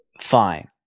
fine